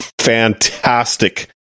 fantastic